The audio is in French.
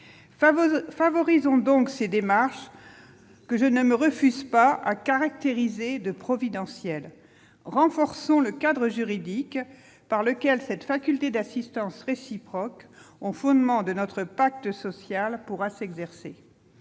Favorisons donc ces démarches, que je ne me refuse pas à caractériser de providentielles, et renforçons le cadre juridique par lequel cette faculté d'assistance réciproque, au fondement de notre pacte social, pourra s'exercer